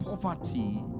poverty